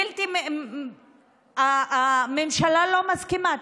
בלתי, הממשלה לא מסכימה.